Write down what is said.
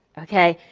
okay.